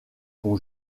qu’on